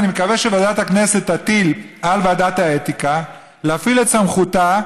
אני מקווה שוועדת הכנסת תטיל על ועדת האתיקה להפעיל את סמכותה,